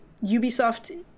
Ubisoft